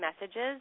messages